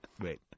Wait